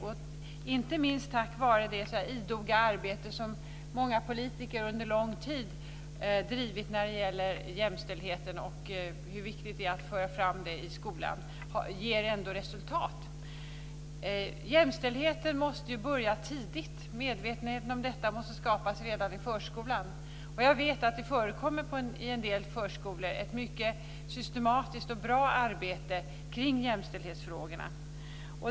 Det har skett inte minst tack vare det idoga arbete som många politiker under lång tid drivit när det gäller jämställdheten och vikten av att föra fram det i skolan. Det ger ändå resultat. Jämställdhet måste börja tidigt. Medvetenheten om detta måste skapas redan i förskolan. Jag vet att det i en del förskolor förekommer ett mycket systematiskt och bra arbete kring jämställdhetsfrågorna.